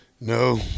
No